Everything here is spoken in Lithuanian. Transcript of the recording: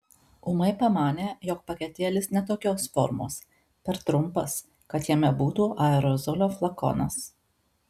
ūmai pamanė jog paketėlis ne tokios formos per trumpas kad jame būtų aerozolio flakonas